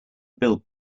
build